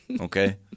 Okay